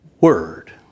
word